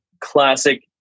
classic